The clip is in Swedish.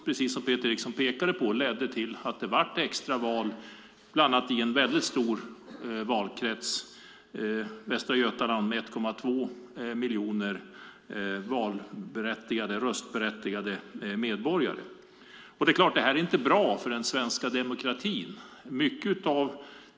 Det ledde till att det blev extra val, bland annat i den stora valkretsen Västra Götaland med 1,2 miljoner röstberättigade medborgare. Detta är givetvis inte bra för den svenska demokratin.